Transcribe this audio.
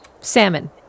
Salmon